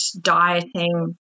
dieting